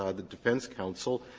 ah the defense counsel,